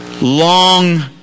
long